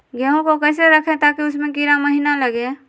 गेंहू को कैसे रखे ताकि उसमे कीड़ा महिना लगे?